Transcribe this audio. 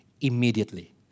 immediately